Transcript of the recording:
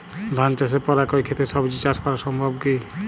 ধান চাষের পর একই ক্ষেতে সবজি চাষ করা সম্ভব কি?